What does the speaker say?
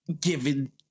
given